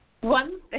one